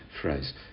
phrase